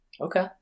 okay